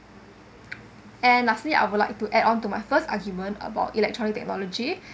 and lastly I would like to add on to my first argument about electronic technology